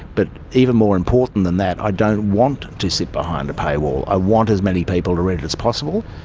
but even more important than that, i don't want to sit behind a pay wall, i want as many people to read it as possible.